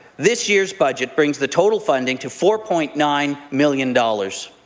this year's budget brings the total funding to four point nine million dollars.